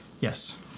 Yes